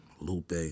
Lupe